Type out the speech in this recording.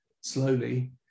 slowly